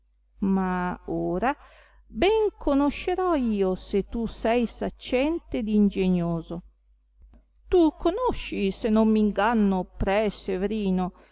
ma ora ben conoscerò io se tu sei saccente ed ingegnoso tu conosci se non m'inganno pre severino